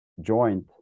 joint